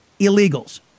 illegals